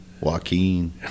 Joaquin